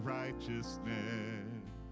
righteousness